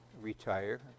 retire